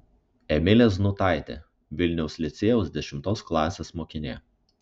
emilė znutaitė vilniaus licėjaus dešimtos klasės mokinė